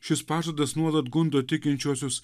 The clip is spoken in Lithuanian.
šis pažadas nuolat gundo tikinčiuosius